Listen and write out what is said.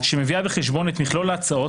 שמביאה בחשבון את מכלול ההצעות